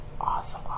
Awesome